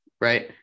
Right